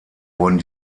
wurden